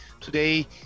today